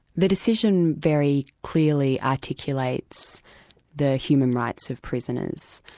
the decision very clearly articulates the human rights of prisoners,